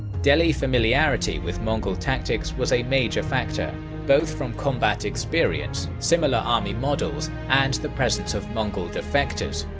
delhi familiarity with mongol tactics was a major factor, both from combat experience, similar army models, and the presence of mongol defectors.